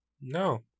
No